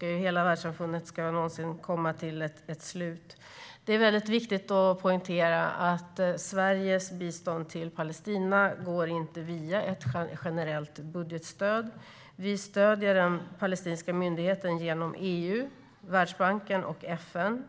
Hela världssamfundet önskar att den konflikten ska komma till ett slut. Det är mycket viktigt att poängtera att Sveriges bistånd till Palestina inte går via ett generellt budgetstöd. Vi stöder den palestinska myndigheten genom EU, Världsbanken och FN.